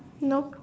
nope